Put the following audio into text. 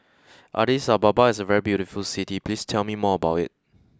Addis Ababa is a very beautiful city please tell me more about it